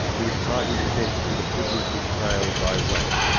he would fight his best for the privilege of sale by weight.